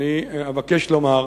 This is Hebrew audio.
אני אבקש לומר,